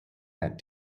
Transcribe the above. that